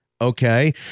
Okay